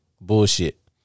Bullshit